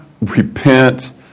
repent